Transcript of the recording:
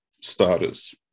starters